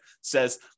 says